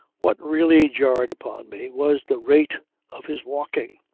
what really jarred upon me was the rate of his walking.